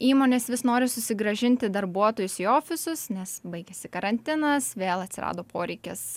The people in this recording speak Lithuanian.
įmonės vis nori susigrąžinti darbuotojus ofisus nes baigėsi karantinas vėl atsirado poreikis